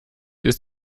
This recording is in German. ist